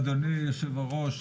אדוני היושב-ראש,